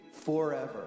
forever